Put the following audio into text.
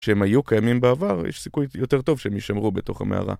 כשהם היו קיימים בעבר, יש סיכוי יותר טוב שהם יישמרו בתוך המערה.